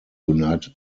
united